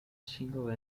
single